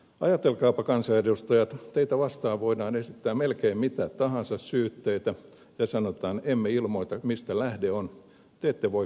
ajatelkaapa kansanedustajat teitä vastaan voidaan esittää melkein mitä tahansa syytteitä ja sanotaan ettemme ilmoita mikä lähde on te ette voi puolustautua